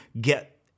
get